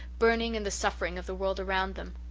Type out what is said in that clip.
burning in the suffering of the world around them.